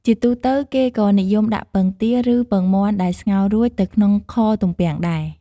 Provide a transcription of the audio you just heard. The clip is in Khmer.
ជាទូទៅ គេក៏និយមដាក់ពងទា ឬ ពងមាន់ដែលស្ងោររួចទៅក្នុងខទំពាំងដែរ។